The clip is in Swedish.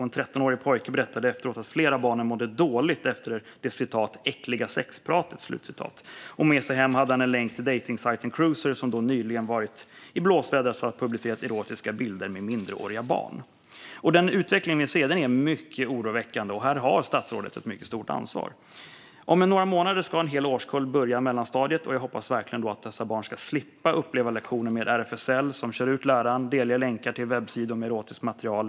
En 13-årig pojke berättade efteråt att flera av barnen mådde dåligt efter det "äckliga sexpratet". Med sig hem hade han en länk till dejtingsajten Qruiser, som då nyligen varit i blåsväder för att ha publicerat erotiska bilder av minderåriga. Den utveckling vi ser är mycket oroväckande, och här har statsrådet ett stort ansvar. Om några månader ska en hel årskull börja mellanstadiet, och jag hoppas verkligen att dessa barn slipper uppleva lektioner med RFSL som kör ut läraren och delar länkar till webbsidor med erotiskt material.